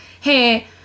hey